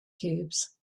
cubes